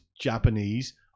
Japanese